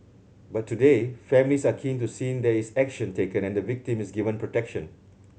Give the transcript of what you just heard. but today families are keen to seen there is action taken and the victim is given protection